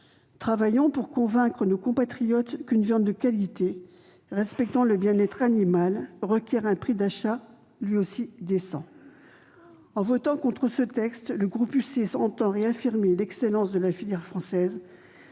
Travaillons pour convaincre nos compatriotes qu'une viande de qualité, respectant le bien-être animal, requiert un prix d'achat décent.